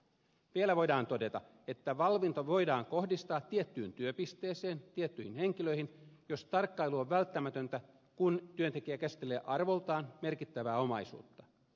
vielä voidaan todeta että valvonta voidaan kohdistaa tiettyyn työpisteeseen tiettyihin henkilöihin jos tarkkailu on välttämätöntä kun työntekijä käsittelee arvoltaan merkittävää omaisuutta